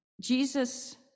Jesus